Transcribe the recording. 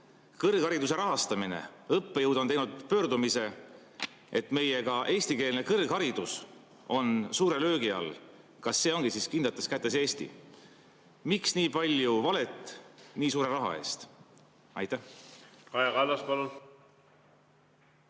Kõrghariduse rahastamine – õppejõud on teinud pöördumise, et meie eestikeelne kõrgharidus on suure löögi all. Kas see ongi siis kindlates kätes Eesti? Miks nii palju valet nii suure raha eest? Kaja